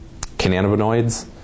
cannabinoids